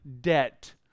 debt